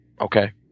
Okay